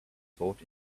taught